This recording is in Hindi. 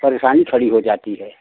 परेशानी खड़ी हो जाती है